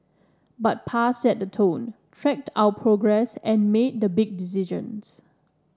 but Pa set the tone tracked our progress and made the big decisions